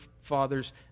fathers